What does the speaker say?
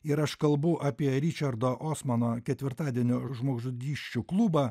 ir aš kalbu apie ričardo osmano ketvirtadienio žmogžudysčių klubą